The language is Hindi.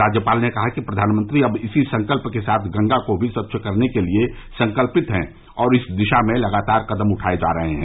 राज्यपाल ने कहा कि प्रधानमंत्री अब इसी संकल्प के साथ गंगा को भी स्वच्छ करने के लिए संकल्पित हैं और इस दिशा में लगातार कदम उठाए जा रहे हैं